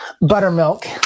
buttermilk